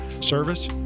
service